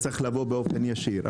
לשם צריך לבוא באופן ישיר.